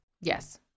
Yes